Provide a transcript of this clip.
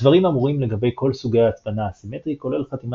הדברים אמורים לגבי כל סוגי ההצפנה האסימטרית כולל חתימה